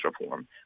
reform